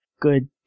good